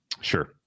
sure